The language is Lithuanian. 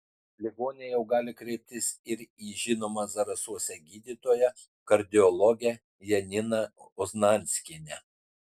ligoniai jau gali kreiptis ir į žinomą zarasuose gydytoją kardiologę janina oznanskienę